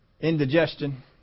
indigestion